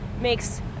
makes